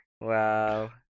Wow